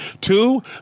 Two